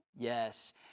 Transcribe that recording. Yes